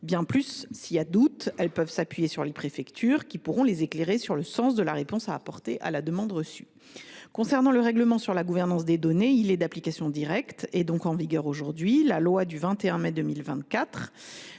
Bien plus, en cas de doute, elles peuvent s’appuyer sur les préfectures, qui pourront les éclairer sur le sens de la réponse à apporter à la demande reçue. Concernant le règlement sur la gouvernance des données, il est d’application directe et donc aujourd’hui en vigueur. La loi du 21 mai 2024